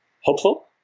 hopeful